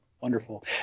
Wonderful